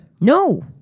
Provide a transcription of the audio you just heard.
No